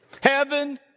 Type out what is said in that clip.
Heaven